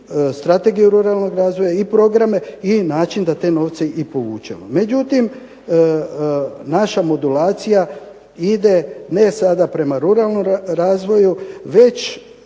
strategiju ruralnog razvoja i programe i način da taj novac povučemo. Međutim, naša modulacija ide ne sada prema ruralnom razvoju, već